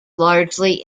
largely